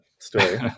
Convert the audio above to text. Story